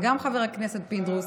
וגם חבר הכנסת פינדרוס